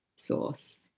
Source